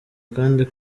kandi